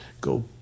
go